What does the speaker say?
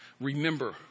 remember